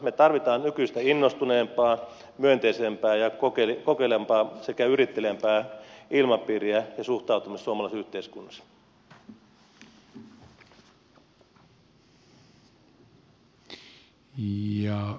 me tarvitsemme nykyistä innostuneempaa myönteisempää ja kokeilevampaa sekä yritteliäämpää ilmapiiriä ja suhtautumista suomalaisessa yhteiskunnassa